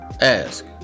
Ask